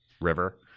river